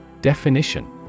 Definition